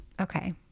Okay